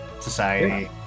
society